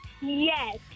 Yes